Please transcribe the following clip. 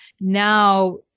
now